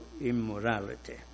immorality